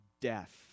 death